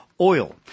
oil